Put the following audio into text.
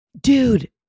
dude